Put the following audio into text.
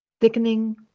thickening